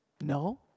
No